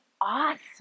awesome